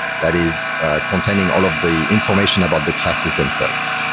that is containing all of the information about the classes themselves.